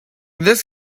this